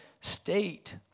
state